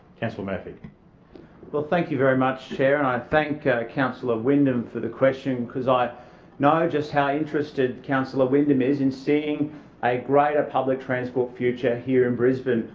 councillor murphy well thank you very much, chair. and i thank councillor wyndham for the question because i know just how interested councillor wyndham is in seeing a greater public transport future here in brisbane.